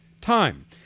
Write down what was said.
time